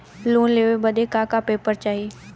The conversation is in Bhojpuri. लोन लेवे बदे का का पेपर चाही?